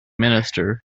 minister